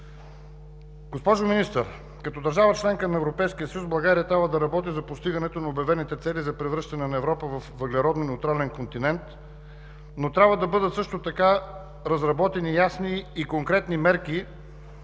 Госпожо Министър, като държава – членка на Европейския съюз, България трябва да работи за постигането на обявените цели за превръщане на Европа във въглеродно неутрален континент, но трябва да бъдат също така разработени ясни и конкретни мерки